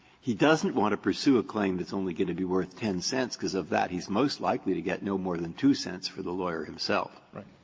he doesn't want to pursue a claim that's only going to be worth ten cents, because, of that, he's most likely to get no more than two cents for the lawyer himself. fisher right.